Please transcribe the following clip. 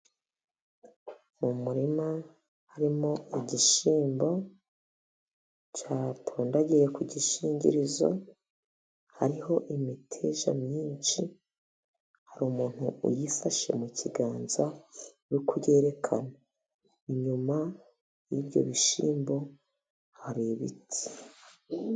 Umurima urimo igishyimbo cyatondagiye ku gishingirizo, hariho imiteja myinshi, hari umuntu uyifashe mu kiganza uri kuyerekana. Inyuma y'ibyo bishyimbo hari ibiti.